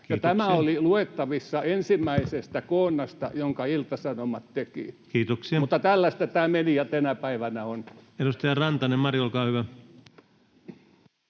tämä oli luettavissa ensimmäisestä koonnista, jonka Ilta-Sanomat teki. Mutta tällaista tämä media tänä päivänä on. Kiitoksia. — Edustaja Mari Rantanen, olkaa hyvä.